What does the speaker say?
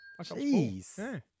Jeez